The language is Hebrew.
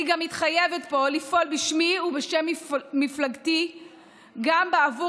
אני מתחייבת פה לפעול בשמי ובשם מפלגתי גם בעבור